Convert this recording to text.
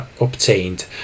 obtained